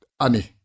ani